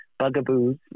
bugaboos